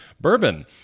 bourbon